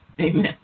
Amen